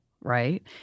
right